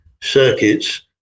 circuits